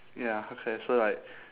ya okay so like